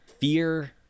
fear